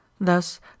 Thus